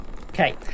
Okay